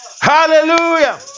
Hallelujah